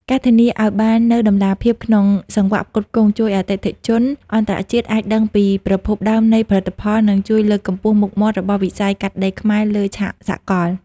ការធានាឱ្យបាននូវតម្លាភាពក្នុងសង្វាក់ផ្គត់ផ្គង់ ជួយឱ្យអតិថិជនអន្តរជាតិអាចដឹងពីប្រភពដើមនៃផលិតផល និងជួយលើកកម្ពស់មុខមាត់របស់វិស័យកាត់ដេរខ្មែរលើឆាកសកល។